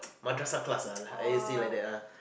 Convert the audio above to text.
madrasah class ah like A S A like that ah